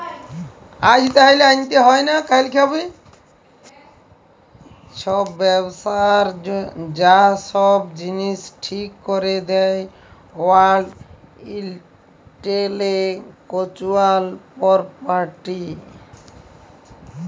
ছব ব্যবসার যা ছব জিলিস ঠিক ক্যরে দেই ওয়ার্ল্ড ইলটেলেকচুয়াল পরপার্টি